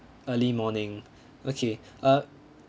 early morning okay uh